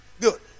Good